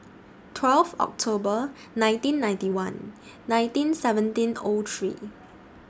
twelve October nineteen ninety one nineteen seventeen O three